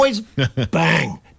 Bang